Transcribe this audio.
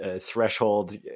threshold